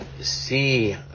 see